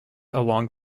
along